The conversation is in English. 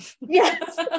yes